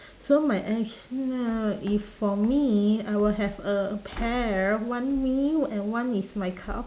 so my action uh if for me I will have a pair one me and one is my cou~